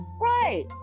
Right